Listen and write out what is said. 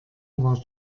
war